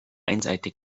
einseitig